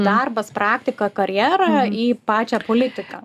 darbas praktika karjera į pačią politiką